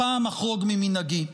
הפעם אחרוג ממנהגי,